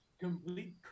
complete